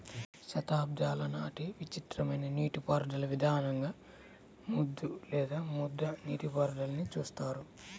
శతాబ్దాల నాటి విచిత్రమైన నీటిపారుదల విధానంగా ముద్దు లేదా ముద్ద నీటిపారుదలని చూస్తారు